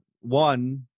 one